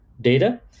data